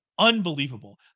Unbelievable